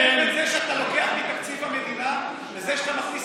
יש הבדל בין זה שאתה לוקח מתקציב המדינה לבין זה שאתה מכניס